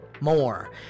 more